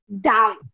down